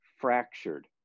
fractured